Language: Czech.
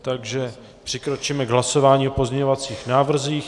Takže přikročíme k hlasování o pozměňovacích návrzích.